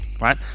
right